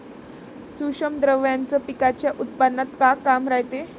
सूक्ष्म द्रव्याचं पिकाच्या उत्पन्नात का काम रायते?